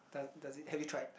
does does it have you tried